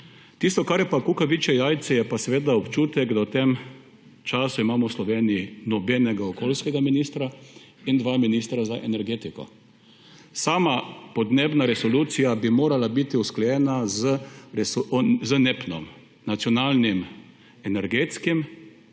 Tisto, kar je kukavičje jajce, je pa občutek, da v tem času imamo v Sloveniji nobenega okoljskega ministra in dva ministra za energetiko. Sama podnebna resolucija bi morala biti usklajena z NEPN, Nacionalnim energetskim